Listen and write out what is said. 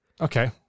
Okay